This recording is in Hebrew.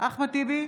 אחמד טיבי,